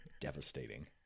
devastating